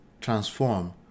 transform